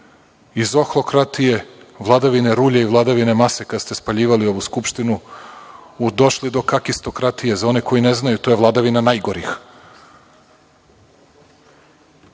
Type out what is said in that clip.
iz ohlokratije, vladavine rulje i vladavine mase kada ste spaljivali ovu Skupštinu, došli do kakistokratije, za one koji ne znaju to je vladavina najgorih. Samnom